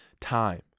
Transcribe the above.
time